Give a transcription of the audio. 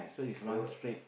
correct